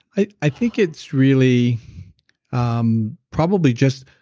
i i think it's really um probably just.